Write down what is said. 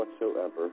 whatsoever